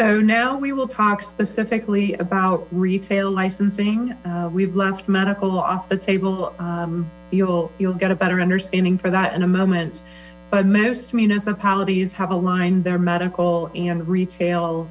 so now we will talk specifically about retail licensing we've left medical off the table you'll you'll get a better understanding for that in a moment but most municipalities have aligned their medical and retail